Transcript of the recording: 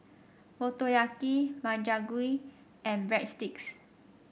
Motoyaki Makchang Gui and Breadsticks